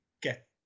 get